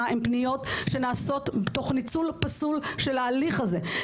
הן פניות שנעשות תוך ניצול פסול של ההליך הזה.